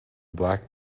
black